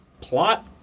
Plot